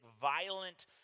violent